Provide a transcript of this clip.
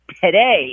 today